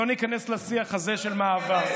לא ניכנס לשיח הזה של מעבר.